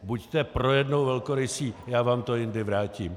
Buďte pro jednou velkorysý, já vám to jindy vrátím.